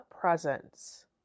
presence